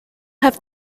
have